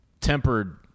tempered